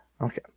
Okay